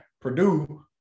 Purdue